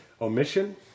omission